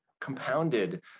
compounded